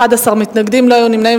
11 מתנגדים, לא היו נמנעים.